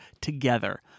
together